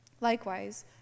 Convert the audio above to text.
Likewise